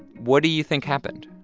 what do you think happened?